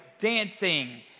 dancing